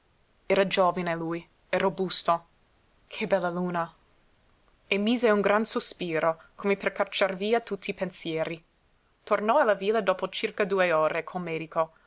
era giovine lui e robusto che bella luna e mise un gran sospiro come per cacciar via tutti i pensieri tornò alla villa dopo circa due ore col medico